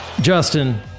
Justin